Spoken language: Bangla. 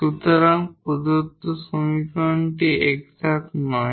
সুতরাং প্রদত্ত সমীকরণটি এক্সাট নয়